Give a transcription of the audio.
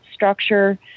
structure